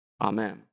Amen